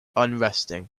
unresting